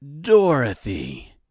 Dorothy